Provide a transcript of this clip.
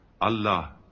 Allah